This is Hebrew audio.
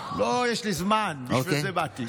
יש לי זמן, בשביל זה באתי.